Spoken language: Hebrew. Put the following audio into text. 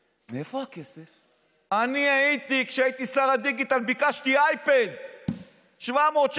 לא הייתה שום ציפייה מממשלה ומחברי כנסת שהצטרפו